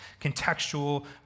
contextual